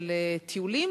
של טיולים,